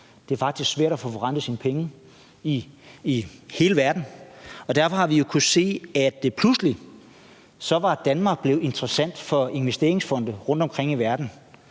det er faktisk svært at få forrentet sine penge i hele verden, og derfor har vi jo kunnet se, at pludselig var Danmark blevet interessant for investeringsfonde rundtomkring i verden.